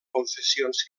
confessions